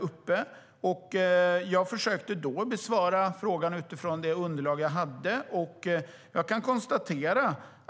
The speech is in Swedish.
Då försökte jag besvara frågan utifrån det underlag som jag hade.